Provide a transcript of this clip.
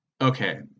Okay